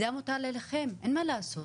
זה המוטל עליכם, אין מה לעשות.